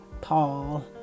Paul